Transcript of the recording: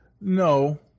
no